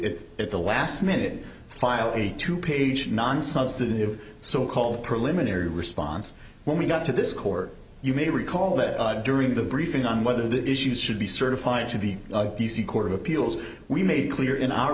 at the last minute file a two page non substantive so called preliminary response when we got to this court you may recall that during the briefing on whether the issues should be certified to the d c court of appeals we made clear in our